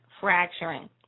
fracturing